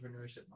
entrepreneurship